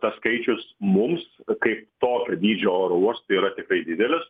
tas skaičius mums kaip tokio dydžio oro uostui yra tikrai didelis